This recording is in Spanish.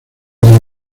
desde